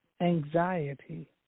anxiety